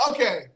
Okay